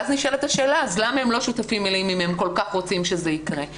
ואז נשאלת השאלה אז למה הם לא שותפים מלאים אם הם כל כך רוצים שזה יקרה,